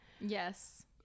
Yes